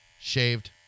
shaved